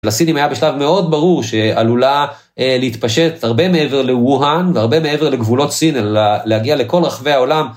לסינים היה בשלב מאוד ברור שעלולה להתפשט הרבה מעבר לווהאן והרבה מעבר לגבולות סין, אלא להגיע לכל רחבי העולם.